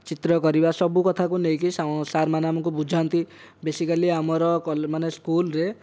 ଚିତ୍ର କରିବା ସବୁ କଥାକୁ ନେଇକି ସାର୍ମାନେ ଆମକୁ ବୁଝାନ୍ତି ବେଶିକାଲି ଆମର ମାନେ ସ୍କୁଲରେ